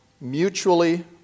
Mutually